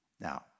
Now